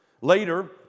Later